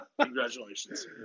Congratulations